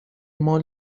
مال